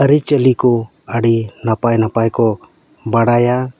ᱟᱹᱨᱤᱪᱟᱹᱞᱤ ᱠᱚ ᱟᱹᱰᱤ ᱱᱟᱯᱟᱭ ᱱᱟᱯᱟᱭ ᱠᱚ ᱵᱟᱰᱟᱭᱟ